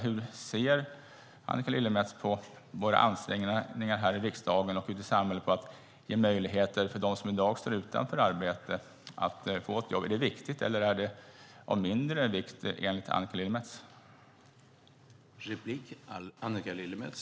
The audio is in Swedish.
Hur ser Annika Lillemets på våra ansträngningar här i riksdagen och ute i samhället för att ge dem som i dag står utanför arbete möjligheter att få ett jobb? Är det viktigt, eller är det av mindre vikt, enligt Annika Lillemets?